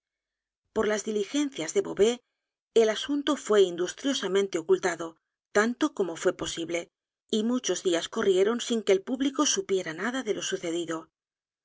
r las diligencias de beauvais el asunto fué industriosamente ocultado tanto como fué posible y muchos días corrieron sin que el público supiera nada de lo sucedido